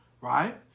right